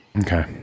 Okay